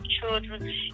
children